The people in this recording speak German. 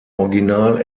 original